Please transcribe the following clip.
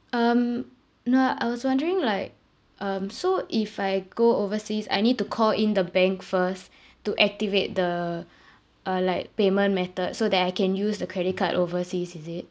um no I was wondering like um so if I go overseas I need to call in the bank first to activate the uh like payment method so that I can use the credit card overseas is it